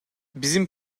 bizim